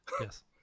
Yes